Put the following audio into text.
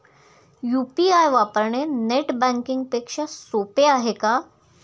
UPI वापरणे net banking पेक्षा सोपे आहे का?